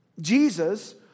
Jesus